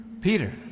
Peter